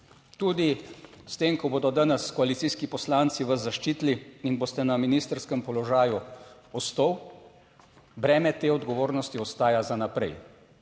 Tudi s tem, ko bodo danes koalicijski poslanci vas zaščitili in boste na ministrskem položaju ostal, breme te odgovornosti ostaja za naprej.